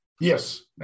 Yes